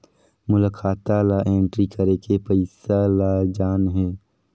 मोला खाता ला एंट्री करेके पइसा ला जान हे?